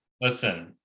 listen